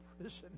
prison